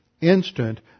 instant